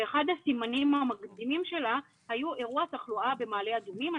שאחד הסימנים המקדימים שלה היה אירוע תחלואה במעלה אדומים.